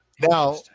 Now